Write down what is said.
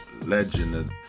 legend